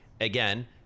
again